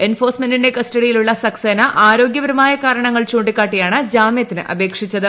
എൻഫോഴ്സ്മെന്റിന്റെ കസ്റ്റഡിയിലുള്ള സക്സേന ആരോഗൃപരമായ കാരണങ്ങൾ ചൂണ്ടിക്കാട്ടിയാണ് ജാമൃത്തിന് അപേക്ഷിച്ചത്